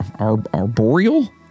arboreal